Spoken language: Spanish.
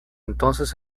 entonces